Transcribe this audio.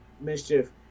mischief